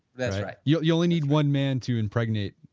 that's right yeah you only need one man to impregnate,